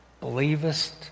Believest